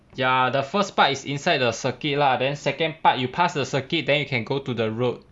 ya the first part is inside the circuit lah then second part you pass the circuit then you can go to the road